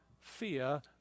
fear